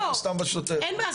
אין בעיה,